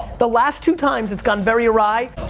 the last two times, it's gone very awry.